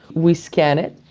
we scan it.